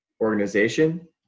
organization